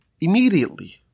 immediately